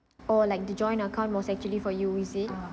or like the joint account was actually for you is it